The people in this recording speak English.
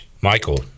michael